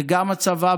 גם הצבא,